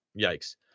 yikes